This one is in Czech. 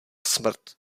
smrt